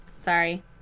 Sorry